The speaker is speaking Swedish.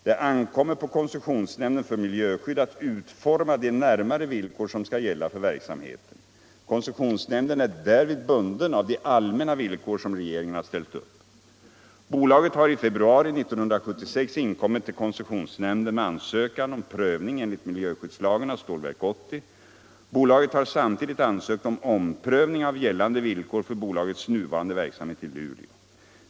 Det ankommer på koncessionsnämnden för miljöskydd att utforma de närmare villkor som skall gälla för verksamheten. Koncessionsnämnden är därvid bunden av de allmänna villkor som regeringen har ställt upp. Bolaget har i februari 1976 inkommit till koncessionsnämnden med Nr 86 ansökan om prövning enligt miljöskyddslagen av Stålverk 80. Bolaget Torsdagen den har samtidigt ansökt om omprövning av gällande villkor för bolagets 18 mars 1976 nuvarande verksamhet i Luleå.